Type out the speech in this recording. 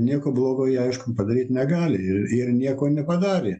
nieko blogo ji aišku padaryt negali ir ir nieko nepadarė